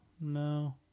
No